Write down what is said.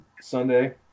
Sunday